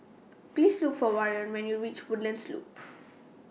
Please Look For Warren when YOU REACH Woodlands Loop